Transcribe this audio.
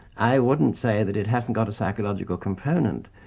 i wouldn't say that it hasn't got a psychological component,